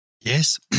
Yes